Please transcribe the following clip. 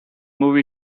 movie